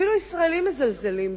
אפילו הישראלים מזלזלים בך.